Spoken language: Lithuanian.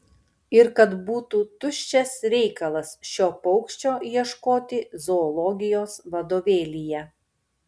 ir kad būtų tuščias reikalas šio paukščio ieškoti zoologijos vadovėlyje